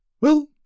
Well